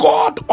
God